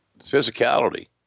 physicality